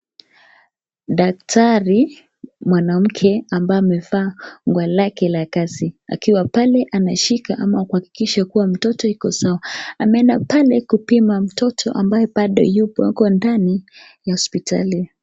Daktari mwanamke ambaye amefaa nguo lake la kasi pale ameshika ama kuwa kuakikisha mtoto Ako sawa amernda pale kupima mtoto ambaye yuko ndani ya hospitali.